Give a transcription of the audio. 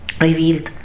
revealed